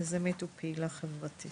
חנה רדו, יזמית ופעילה חברתית.